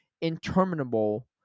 interminable